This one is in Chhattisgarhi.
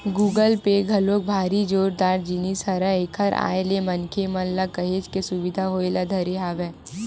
गुगल पे घलोक भारी जोरदार जिनिस हरय एखर आय ले मनखे मन ल काहेच के सुबिधा होय ल धरे हवय